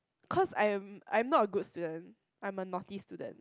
cause I'm I'm not a good student I'm a naughty student